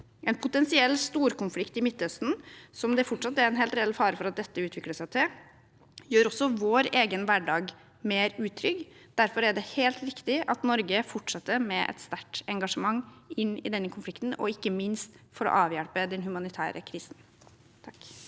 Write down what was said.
En potensiell storkonflikt i Midtøsten, som det fortsatt er en helt reell fare for at dette utvikler seg til, gjør også vår egen hverdag mer utrygg. Derfor er det helt riktig at Norge fortsetter med et sterkt engasjement inn i denne konflikten, og ikke minst for å avhjelpe den humanitære krisen. Jeg